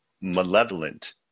malevolent